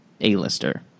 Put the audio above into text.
A-lister